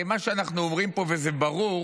הרי מה שאנחנו אומרים פה, וזה ברור,